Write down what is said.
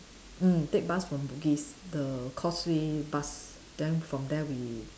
mm take bus from Bugis the causeway bus then from there we